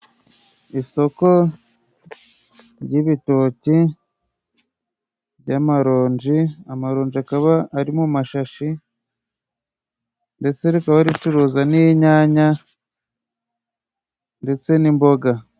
Isoko ry'ibitoki, ry'amaronji, amaronji akaba ari mu mashashi, ndetse rikaba ricuruza n'inyanya ndetse n'imboga.